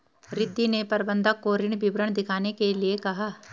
रिद्धी ने प्रबंधक को ऋण विवरण दिखाने के लिए कहा